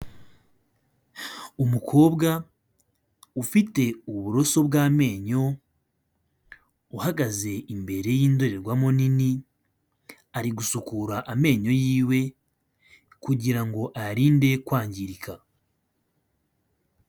Umukobwa ufite uburoso bw'amenyo uhagaze imbere yindorerwamo nini ari gusukura amenyo yiwe kugirango ayarinde kwangirika.